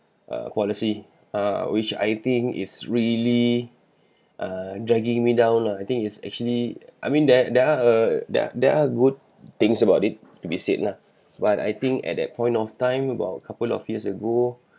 a policy err which I think is really ah dragging me down lah I think it's actually I mean there there are a there are there are good things about it to be said lah but I think at that point of time about a couple of years ago